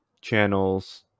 channels